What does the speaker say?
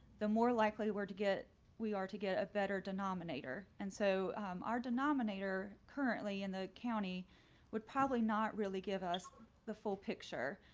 the more likely we were to get we are to get a better denominator. and so our denominator currently in the county would probably not really give us the full picture.